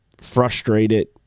frustrated